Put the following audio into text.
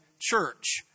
church